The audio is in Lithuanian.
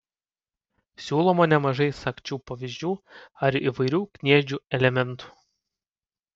siūloma nemažai sagčių pavyzdžių ar įvairių kniedžių elementų